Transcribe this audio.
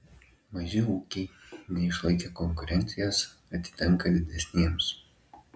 maži ūkiai neišlaikę konkurencijos atitenka didesniems